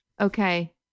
okay